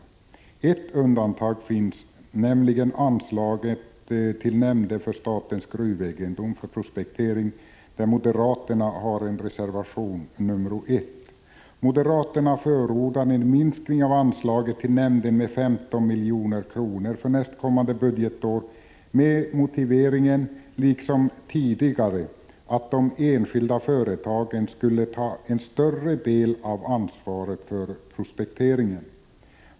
Ett undantag finns. Det gäller anslaget till nämnden för statens gruvegendom för dess prospekteringsverksamhet, där moderaterna har en reservation, reservation 1. Moderaterna förordar en minskning av anslaget till nämnden med 15 milj.kr. för nästkommande budgetår, med motiveringen, liksom tidigare, att de enskilda företagen bör ta en större del av ansvaret för prospekteringen.